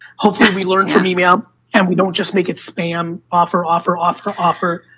hopefully, we learn from email and we don't just make it spam offer, offer, offer, offer.